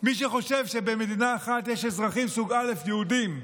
מי שחושב שבמדינה אחת יש אזרחים סוג א', יהודים,